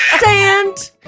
stand